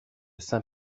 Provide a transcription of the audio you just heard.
saint